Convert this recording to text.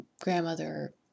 grandmother